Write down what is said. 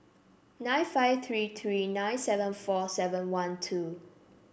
nine five three three nine seven four seven one two